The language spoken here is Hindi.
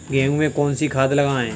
गेहूँ में कौनसी खाद लगाएँ?